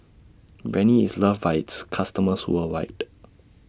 Rene IS loved By its customers worldwide